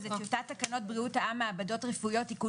שזה טיוטת תקנות בריאות העם (מעבדות רפואיות) (תיקון